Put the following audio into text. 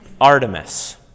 Artemis